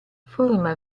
forma